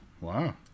Wow